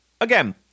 again